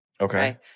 Okay